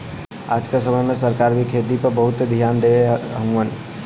आज क समय में सरकार भी खेती पे बहुते धियान देले हउवन